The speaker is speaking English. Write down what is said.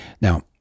Now